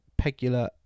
Pegula